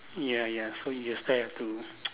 ya ya so you still have to